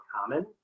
common